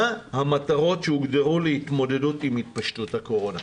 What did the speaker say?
מה המטרות שהוגדרו להתמודדות עם התפשטות הקורונה?